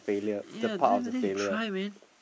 yea don't even dare to try man